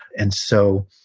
and so,